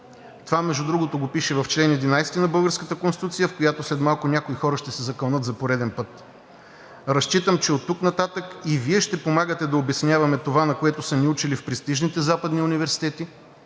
Това, между другото, го пише в чл. 11 на българската Конституция, в която след малко някои хора ще се закълнат за пореден път. Разчитам, че оттук нататък и Вие ще помагате да обясняваме това, на което са ни учили в престижните западни университети,